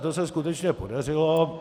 To se skutečně podařilo.